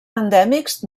endèmics